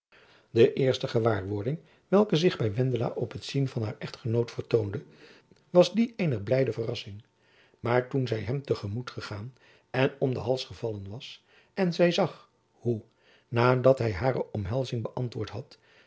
de eerste gewaarwording welke zich by wendela op het zien van haar echtgenoot vertoonde was die eener blijde verrassing maar toen zy hem te gemoet gegaan en om den hals gevallen was en zy zag hoe nadat hy hare omhelzing beantwoord had